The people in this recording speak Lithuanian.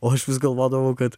o aš vis galvodavau kad